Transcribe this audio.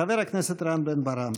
חבר הכנסת רם בן ברק.